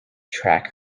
track